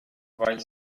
weil